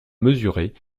mesurée